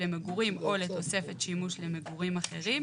למגורים או לתוספת שימוש למגורים אחרים,